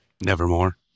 Nevermore